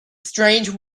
strange